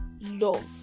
love